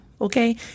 Okay